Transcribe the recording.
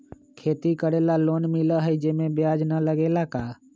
खेती करे ला लोन मिलहई जे में ब्याज न लगेला का?